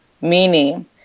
meaning –